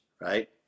right